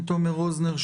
מ/1413.